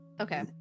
Okay